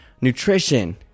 Nutrition